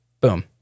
Boom